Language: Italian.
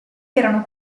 erano